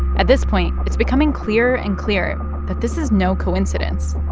at this point, it's becoming clearer and clearer that this is no coincidence.